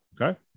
Okay